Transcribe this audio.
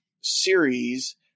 series